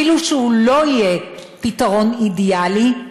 אפילו שהוא לא יהיה פתרון אידיאלי,